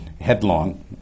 Headlong